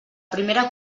primera